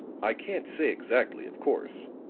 i can't say exactly, of course.